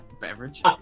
beverage